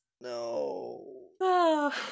No